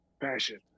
passion